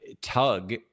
tug